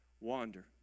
wander